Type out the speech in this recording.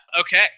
Okay